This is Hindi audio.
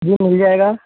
जी वो मिल जाएगा